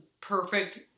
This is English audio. perfect